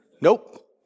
Nope